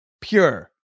Pure